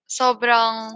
sobrang